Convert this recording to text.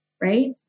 right